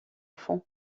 fonds